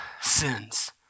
sins